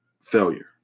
failure